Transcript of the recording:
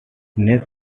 nest